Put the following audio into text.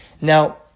Now